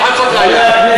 עד חצות לילה,